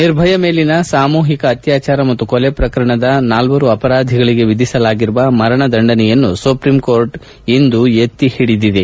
ನಿರ್ಭಯಾ ಮೇಲಿನ ಸಾಮೂಹಿಕ ಅತ್ಯಾಚಾರ ಮತ್ತು ಕೊಲೆ ಪ್ರಕರಣದ ನಾಲ್ವರು ಅಪರಾಧಿಗಳಿಗೆ ವಿಧಿಸಲಾಗಿರುವ ಮರಣ ದಂಡನೆಯನ್ನು ಸುಪ್ರೀಂಕೋರ್ಟ್ ಇಂದು ಎತ್ತಿ ಹಿಡಿದಿದೆ